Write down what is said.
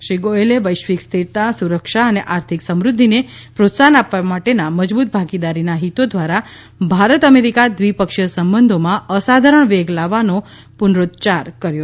શ્રી ગોયલે વૈશ્વિક સ્થિરતા સુરક્ષા અને આર્થિક સમૃદ્ધિને પ્રોત્સાહન આપવા માટેના મજબૂત ભાગીદારીના હિતો દ્વારા ભારત અમેરિકા દ્વિપક્ષીય સંબંધોમાં અસાધારણ વેગ લાવવાનો પુનરોચ્યાર કર્યો